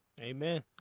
Amen